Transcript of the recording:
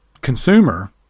consumer